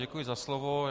Děkuji za slovo.